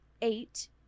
eight